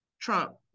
trump